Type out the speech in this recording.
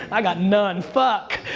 i got none, fuck.